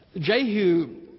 Jehu